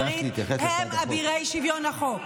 ביקשת להתייחס להצעת החוק.